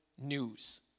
news